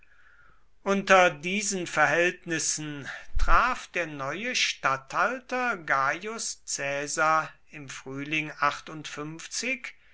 unter diesen verhältnissen traf der neue statthalter gaius caesar im frühling